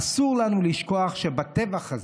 אסור לנו לשכוח שבטבח הזה,